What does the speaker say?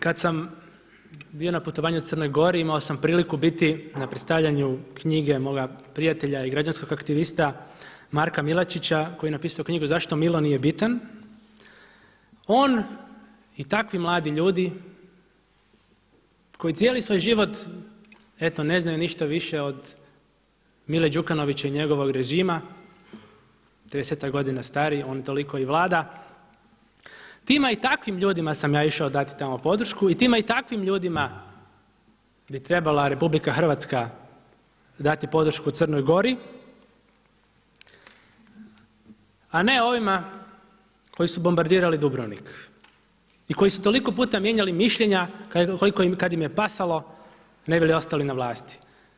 Kada sam bio na putovanju u Crnoj Gori, imao sam priliku biti na predstavljanju knjige moga prijatelja i građanskog aktivista Marka Milačića koji je napisao knjigu „Zašto Milo nije bitan“, on i takvi mladi ljudi koji cijeli svoj život eto ne znaju ništa više od Mile Đukanovića i njegovog režima, 30-ak godina stariji on toliko i vlada, tima i takvim ljudima sam ja išao dati tamo podršku i tima i takvim ljudima bi trebala RH dati podršku Crnoj Gori a ne ovima koji su bombardirali Dubrovnik i koji su toliko puta mijenjali mišljenja koliko kada im je pasalo ne bi li ostali na vlasti.